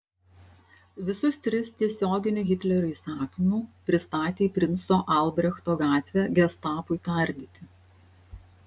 visus tris tiesioginiu hitlerio įsakymu pristatė į princo albrechto gatvę gestapui tardyti